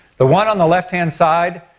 the one on the left hand side,